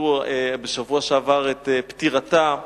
שבשבוע שעבר הזכירו את פטירתה,